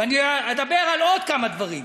ואני אדבר על עוד כמה דברים,